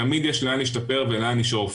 תמיד יש לאן להשתפר ולאן לשאוף.